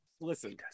listen